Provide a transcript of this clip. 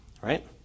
right